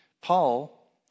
Paul